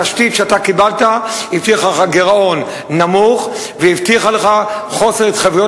התשתית שקיבלת הבטיחה לך גירעון נמוך והבטיחה לך חוסר התחייבויות